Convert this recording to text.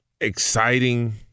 exciting